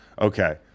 Okay